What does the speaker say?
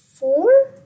Four